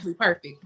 Perfect